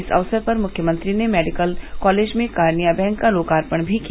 इस अवसर पर मुख्यमंत्री ने मेडिकल कॉलेज में कार्निया बैंक का लोकार्पण भी किया